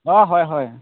অঁ হয় হয়